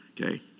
Okay